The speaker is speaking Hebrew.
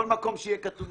בכל מקום שיהיה כתוב.